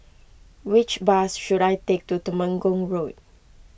which bus should I take to Temenggong Road